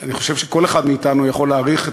אני חושב שכל אחד מאתנו יכול להעריך את